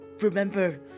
remember